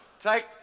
Take